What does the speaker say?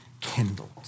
kindled